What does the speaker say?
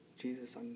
Jesus